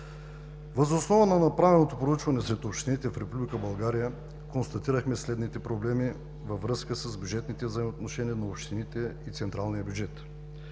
Въз основа на направеното проучване сред общините в Република България, констатирахме следните проблеми във връзка с бюджетните взаимоотношения на общините и централния бюджет.